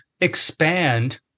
expand